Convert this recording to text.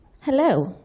Hello